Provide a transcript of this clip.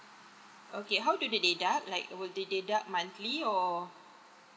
okay how do they deduct like would they deduct monthly or